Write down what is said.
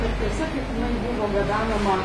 ar tiesa kad jinai buvo gabenama